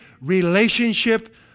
relationship